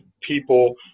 people